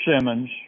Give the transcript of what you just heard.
Simmons